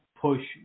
push